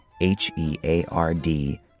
h-e-a-r-d